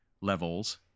levels